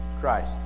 Christ